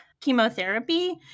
chemotherapy